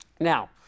Now